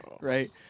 Right